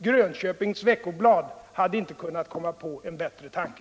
Grönköpings Veckoblad hade inte kunnat komma på en bättre tanke!